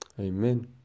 Amen